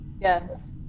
Yes